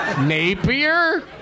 Napier